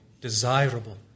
desirable